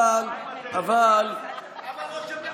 למה ראש הממשלה אמר,